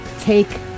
take